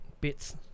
bits